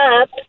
up